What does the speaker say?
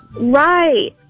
Right